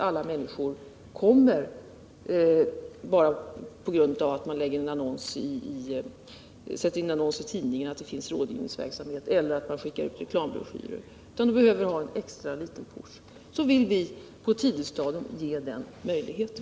Alla människor kommer ju inte bara på grund av att man sätter in en annons i tidningen om att det finns rådgivningsverksamhet eller på grund av att man skickar ut reklambroschyrer, utan de behöver en extra liten puff. Vi vill på ett tidigt stadium ge kommunerna den möjligheten.